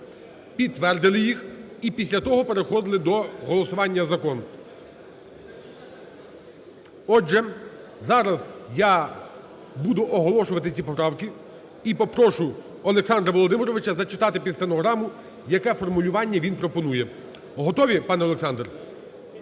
Підтвердили їх і після того переходили до голосування за закон. Отже, зараз я буду оголошувати ці поправки і попрошу Олександра Володимировича зачитати під стенограму, яке формулювання він пропонує. Готові, пане Олександр?